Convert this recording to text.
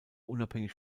unabhängig